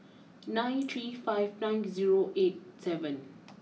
nine three five nine zero eight seven